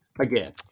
Again